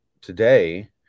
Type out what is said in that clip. today